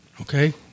okay